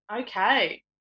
Okay